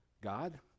God